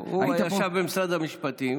הוא ישב במשרד המשפטים